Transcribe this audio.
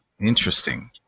interesting